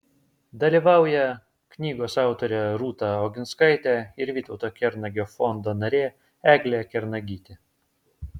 dalyvauja knygos autorė rūta oginskaitė ir vytauto kernagio fondo narė eglė kernagytė